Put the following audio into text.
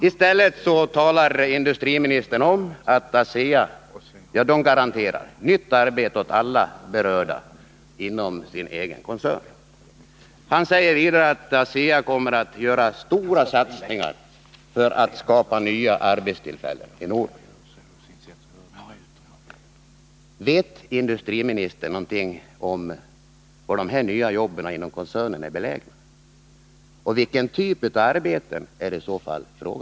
I stället talar industriministern om att ASEA garanterar nytt arbete åt alla berörda inom den egna koncernen samt att ASEA kommer att göra stora satsningar för att skapa nya arbetstillfällen i Norberg. Vet industriministern någonting om var de här nya jobben inom Nr 19 koncernen är belägna och vilken typ av arbeten det i så fall är fråga om?